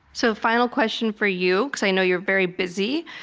so final question for you, because i know you're very busy.